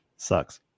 Sucks